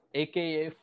aka